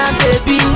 baby